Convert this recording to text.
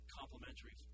complementary